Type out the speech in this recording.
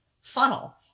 funnel